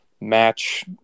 match